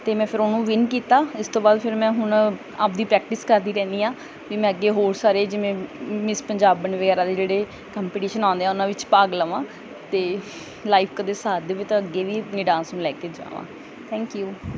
ਅਤੇ ਮੈਂ ਫਿਰ ਉਹਨੂੰ ਵਿਨ ਕੀਤਾ ਇਸ ਤੋਂ ਬਾਅਦ ਫਿਰ ਮੈਂ ਹੁਣ ਆਪਣੀ ਪ੍ਰੈਕਟਿਸ ਕਰਦੀ ਰਹਿੰਦੀ ਹਾਂ ਵੀ ਮੈਂ ਅੱਗੇ ਹੋਰ ਸਾਰੇ ਜਿਵੇਂ ਮਿਸ ਪੰਜਾਬਣ ਵਗੈਰਾ ਦੇ ਜਿਹੜੇ ਕੰਪਟੀਸ਼ਨ ਆਉਂਦੇ ਆ ਉਹਨਾਂ ਵਿੱਚ ਭਾਗ ਲਵਾਂ ਅਤੇ ਲਾਈਫ ਕਦੇ ਸਾਥ ਦੇਵੇ ਤਾਂ ਅੱਗੇ ਵੀ ਆਪਣੇ ਡਾਂਸ ਨੂੰ ਲੈ ਕੇ ਜਾਵਾਂ ਥੈਂਕ ਯੂ